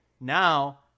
now